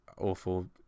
awful